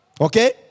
Okay